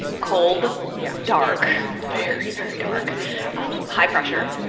cold. yeah. dark very, very dark um high pressure,